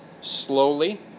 slowly